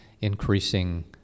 increasing